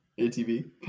ATV